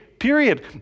period